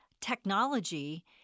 technology